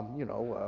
you know,